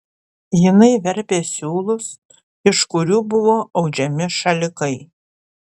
jinai verpė siūlus iš kurių buvo audžiami šalikai